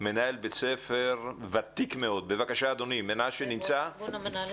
מנהל בית ספר ותיק מאוד ויושב-ראש התאגדות המנהלים,